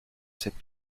cette